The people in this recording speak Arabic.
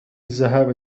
الذهاب